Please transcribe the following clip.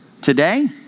Today